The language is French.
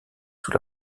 sous